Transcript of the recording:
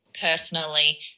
personally